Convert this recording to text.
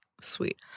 sweet